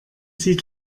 sie